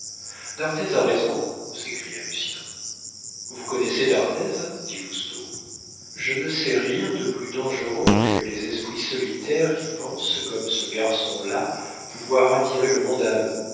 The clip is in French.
d'arthez a raison s'écria lucien vous connaissez d'arthez dit lousteau je ne sais rien de plus dangereux que les esprits solitaires qui pensent comme ce garçon-là pouvoir attirer le monde à eux